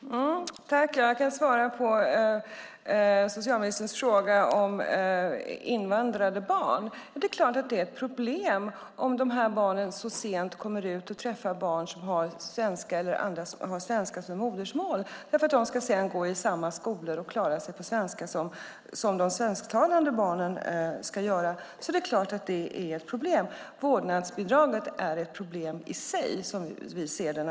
Herr talman! Jag kan svara på socialministerns fråga om invandrade barn. Det är klart att det är ett problem om dessa barn så sent kommer ut och träffar barn som har svenska som modersmål därför att de sedan ska gå i samma skolor och klara sig på svenska på samma sätt som de svensktalande barnen ska göra. Det är klart att det är ett problem. Vårdnadsbidraget är ett problem i sig som vi ser det.